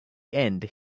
end